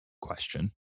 question